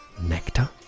nectar